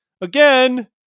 again